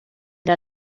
der